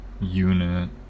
unit